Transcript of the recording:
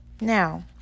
Now